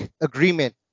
agreement